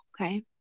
Okay